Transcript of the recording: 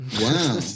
Wow